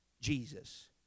Jesus